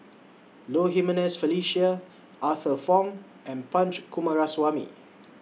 Low Jimenez Felicia Arthur Fong and Punch Coomaraswamy